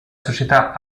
società